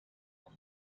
were